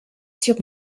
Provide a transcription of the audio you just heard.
sur